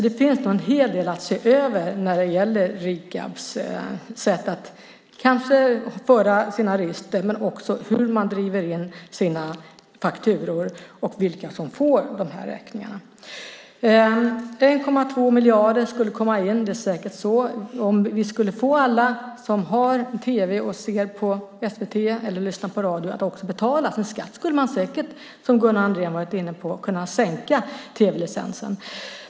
Det finns nog en hel del att se över när det gäller Rikabs sätt att föra sina register, men också hur man driver in sina fakturor och vilka som får de här räkningarna. 1,2 miljarder skulle komma in. Det är säkert så. Om vi skulle få alla som har tv och ser på SVT eller lyssnar på radio att också betala sin skatt skulle man säkert, som Gunnar Andrén varit inne på, kunna sänka tv-licensen.